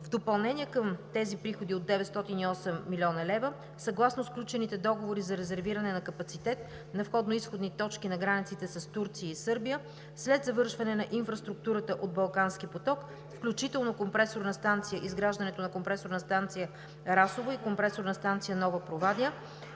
В допълнение към тези приходи от 908 млн. лв. съгласно сключените договори за резервиране на капацитет на входно изходни точки на границите с Турция и Сърбия, след завършване на инфраструктурата от „Балкански поток“, включително изграждането Компресорна станция „Расово“ и Компресорна станция „Нова Провадия“,